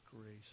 grace